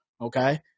Okay